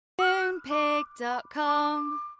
Moonpig.com